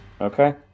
Okay